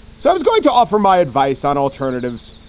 so i was going to offer my advice on alternatives.